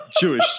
Jewish